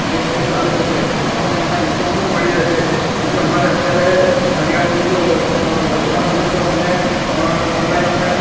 જે ઘણું સારું રહે છે આપણને એમાં ડિસ્કાઉન્ટ પણ મળી રહે છે જેમકે અમારે અત્યારે નડિયાદ બુથ રઘવાણા બુથ પર અમને ઓનલાઇન અમે